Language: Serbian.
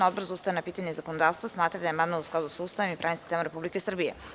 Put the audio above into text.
Odbor za ustavna pitanja i zakonodavstvo smatra da je amandman u skladu sa Ustavom i pravnim sistemom Republike Srbije.